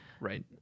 right